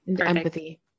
empathy